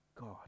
God